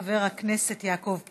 תודה רבה לחבר הכנסת יעקב פרי.